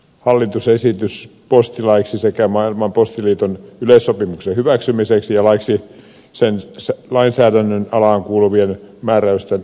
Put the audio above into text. hallituksen esitys postilaiksi sekä maailman postiliiton yleissopimuksen hyväksymiseksi ja laiksi sen lainsäädännön alaan kuuluvien määräysten voimaansaattamisesta